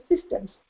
systems